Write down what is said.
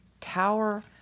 tower